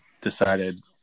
decided